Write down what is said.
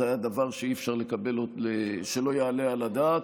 זה היה דבר שלא יעלה על הדעת,